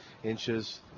Inches